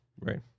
Right